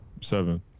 seven